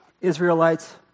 Israelites